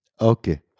Okay